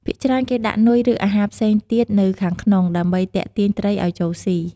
ភាគច្រើនគេដាក់នុយ ឬ អាហារផ្សេងទៀតនៅខាងក្នុង ដើម្បីទាក់ទាញត្រីឲ្យចូលសុី។